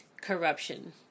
Corruption